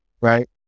Right